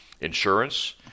insurance